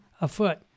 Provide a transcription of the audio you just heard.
afoot